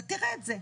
אתה תראה את זה.